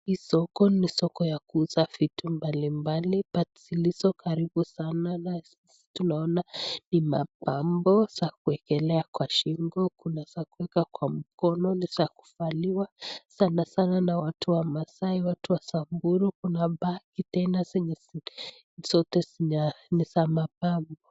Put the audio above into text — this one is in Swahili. Hii soko ni soko ya kuuza vitu mbalimbali, but zilizokaribu sana tunaona ni mapambo za kuekelea kwa shingo, kuna za kueka kwa mkono ni za kuvaliwa sanasana na watu wamasai, watu wa Samburu. Kuna baadhi tena zenye zote ni za mapambo.